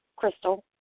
Crystal